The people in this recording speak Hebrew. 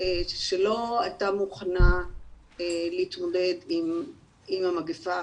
שלא הייתה מוכנה להתמודד עם המגפה,